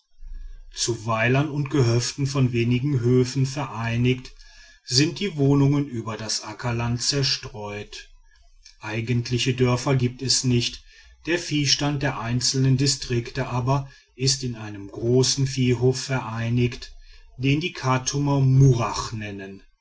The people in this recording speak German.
zu weilern und gehöften von wenigen hütten vereinigt sind die wohnungen über das ackerland zerstreut eigentliche dörfer gibt es nicht der viehstand der einzelnen distrikte aber ist in einem großen viehhof vereinigt den die chartumer murach nennen